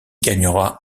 gagnera